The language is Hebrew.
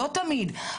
לא תמיד,